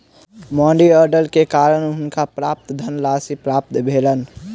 money order के कारणें हुनका पर्याप्त धनराशि प्राप्त भेलैन